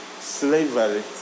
slavery